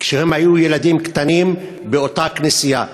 כשהם היו ילדים קטנים, באותה כנסייה.